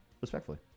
Respectfully